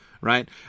right